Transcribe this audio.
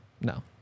No